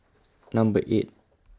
Number eight